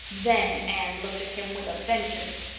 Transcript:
then anne looked at him with a vengeance!